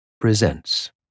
presents